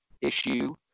issue